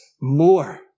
more